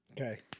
Okay